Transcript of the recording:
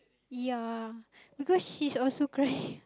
ya because she's also crying